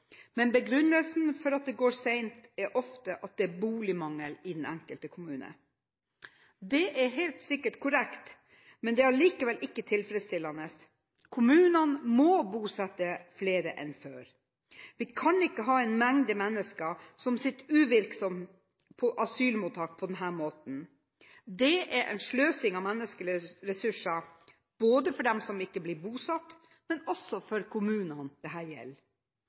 men begrunnelsen for at det går sent er ofte at det er boligmangel i den enkelte kommune. Det er helt sikkert korrekt, men det er likevel ikke tilfredsstillende. Kommunene må bosette flere enn før. Vi kan ikke ha en mengde mennesker som sitter uvirksomme på asylmottak på denne måten. Det er sløsing med menneskelige ressurser, både for dem som ikke blir bosatt, og for kommunene det gjelder.